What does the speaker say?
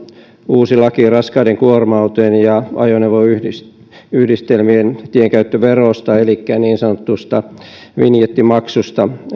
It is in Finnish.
uusi laki raskaiden kuorma autojen ja ajoneuvoyhdistelmien tienkäyttöverosta elikkä niin sanotusta vinjettimaksusta